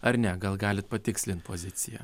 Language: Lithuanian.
ar ne gal galit patikslint poziciją